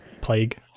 Plague